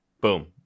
boom